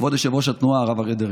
כבוד יושב-ראש התנועה הרב אריה דרעי,